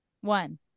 one